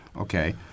Okay